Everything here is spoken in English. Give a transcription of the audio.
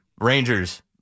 Rangers